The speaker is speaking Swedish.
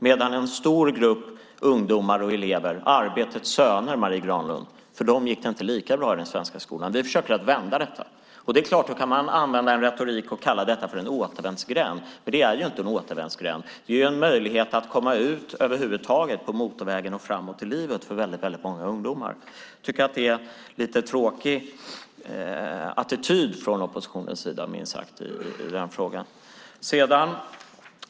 Men för en stor grupp ungdomar och elever - arbetets söner, Marie Granlund - gick det inte lika bra i den svenska skolan. Vi försöker vända detta. Det är klart att man kan använda en retorik där man kallar detta för en återvändsgränd. Men det är inte en återvändsgränd, utan det är en möjlighet att över huvud taget komma ut på motorvägen och framåt i livet för många ungdomar. Jag tycker att det är en lite tråkig attityd från oppositionens sida, minst sagt, i frågan.